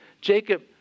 Jacob